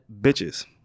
bitches